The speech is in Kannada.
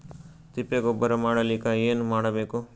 ತಿಪ್ಪೆ ಗೊಬ್ಬರ ಮಾಡಲಿಕ ಏನ್ ಮಾಡಬೇಕು?